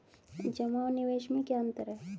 जमा और निवेश में क्या अंतर है?